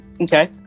Okay